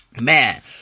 man